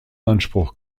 anspruch